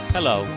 Hello